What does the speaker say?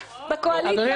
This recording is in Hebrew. בקואליציה,